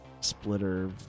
splitter